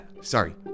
sorry